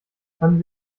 fanden